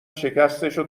شکستشو